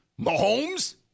Mahomes